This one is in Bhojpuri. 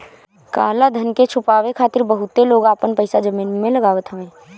काला धन के छुपावे खातिर बहुते लोग आपन पईसा जमीन में लगावत हवे